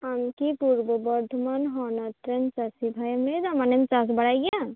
ᱟᱢᱠᱤ ᱯᱩᱨᱵᱚ ᱵᱚᱨᱫᱷᱚᱢᱟᱱ ᱦᱚᱱᱚᱛ ᱨᱮᱱ ᱪᱟ ᱥᱤ ᱵᱷᱟ ᱭᱮᱢ ᱞᱟ ᱭᱮᱫᱟ ᱢᱟᱱᱮᱢ ᱪᱟᱥ ᱵᱟᱲᱟᱭ ᱜᱮᱭᱟ